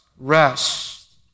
rest